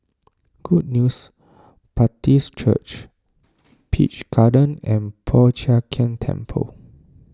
Good News Baptist Church Peach Garden and Po Chiak Keng Temple